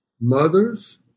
mothers